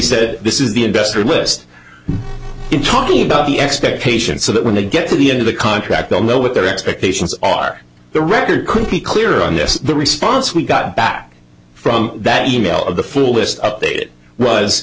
said this is the investor list in talking about the expectations so that when they get to the end of the contract they'll know what their expectations are the record could be clear on this the response we got back from that e mail of the full list update it was